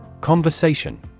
Conversation